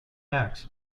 acts